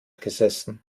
gesessen